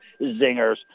zingers